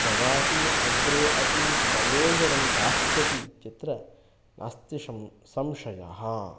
ददाति अग्रे अपि प्रयोजनं दास्यति इत्यत्र नास्ति शं संशयः